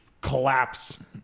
collapse